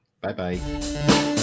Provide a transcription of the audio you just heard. Bye-bye